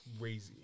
crazy